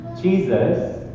jesus